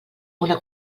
una